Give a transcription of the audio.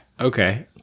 Okay